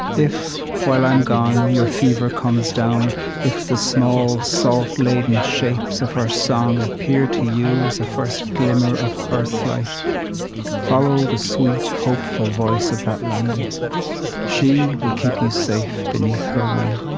if, while i'm gone, your fever comes down if the small, salt-laden shapes of her song appear to you as a first glimmer of earth-light follow the sweet, hopeful voice of that landing she will keep you safe beneath her wing.